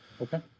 okay